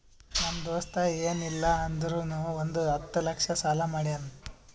ನಮ್ ದೋಸ್ತ ಎನ್ ಇಲ್ಲ ಅಂದುರ್ನು ಒಂದ್ ಹತ್ತ ಲಕ್ಷ ಸಾಲಾ ಮಾಡ್ಯಾನ್